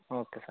okay sir